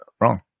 wrong